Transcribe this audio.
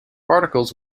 particles